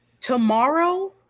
Tomorrow